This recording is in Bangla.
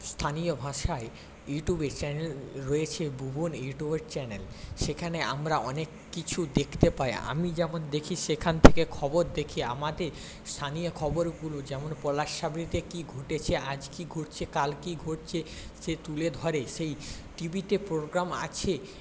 স্থানীয় ভাষায় ইউটিউবের চ্যানেল রয়েছে ভুবন ইউটিউবের চ্যানেল সেখানে আমরা অনেক কিছু দেখতে পাই আমি যেমন দেখি সেখান থেকে খবর দেখি আমাদের স্থানীয় খবরগুলো যেমন পলাশচাবড়িতে কী ঘটেছে আজ কী করছে কাল কী ঘটছে সেই তুলে ধরে সেই টিভিতে প্রোগ্রাম আছে